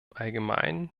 allgemeinen